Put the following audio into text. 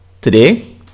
Today